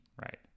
right